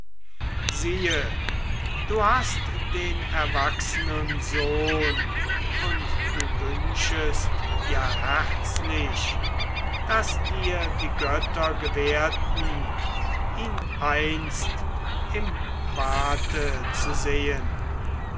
siehe du hast den erwachsenen sohn und du wünschest ja herzlich daß dir die götter gewährten ihn einst im barte zu sehen